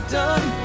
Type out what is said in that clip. done